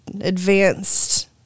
advanced